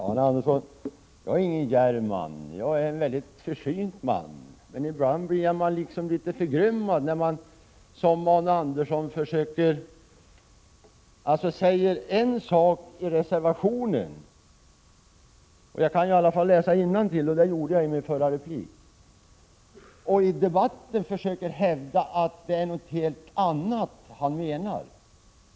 Fru talman! Jag är, Arne Andersson i Ljung, ingen djärv man utan en väldigt försynt man. Men ibland blir man litet förgrymmad, t.ex. när någon som nu Arne Andersson säger en sak i reservationen — jag kan i alla fall läsa innantill, och det gjorde jag i min förra replik — och sedan i debatten försöker hävda att det är något helt annat han menar.